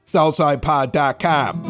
Southsidepod.com